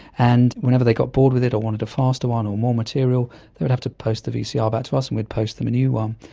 and whenever they got bored with it or wanted a faster one or more material they would have to post the vcr back to us and we would post them a new um